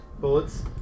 Bullets